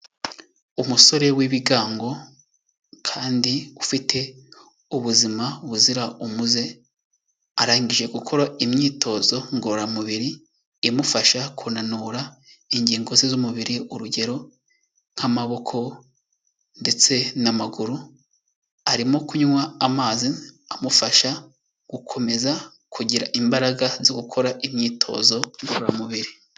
Umusore w'ibigango kandi ufite ubuzima buzira umuze, arangije gukora imyitozo ngororamubiri imufasha kunanura ingingo ze z'umubiri, urugero nk'amaboko ndetse n'amaguru, arimo kunywa amazi amufasha gukomeza kugira imbaraga zo gukora imyitozo ngororamubiri.